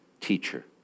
teacher